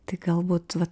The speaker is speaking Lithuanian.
tai galbūt vat